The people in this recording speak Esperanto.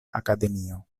akademio